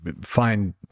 find